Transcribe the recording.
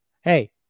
Hey